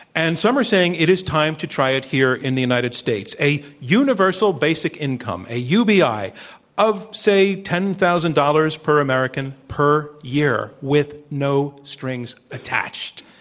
and some are saying it is time to try it here in the united states. a universal basic income, a ubi of, say, ten thousand dollars per american per year, with no strings attached.